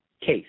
case